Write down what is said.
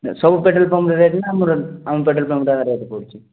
ସବୁ ପେଟ୍ରୋଲ୍ ପମ୍ପ୍ରେ ରେଟ୍ ନା ଆମର ଆମ ପେଟ୍ରୋଲ୍ ପମ୍ପ୍ରେ ଏକା ରେଟ୍ ପଡ଼ୁଛି